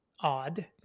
odd